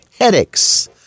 headaches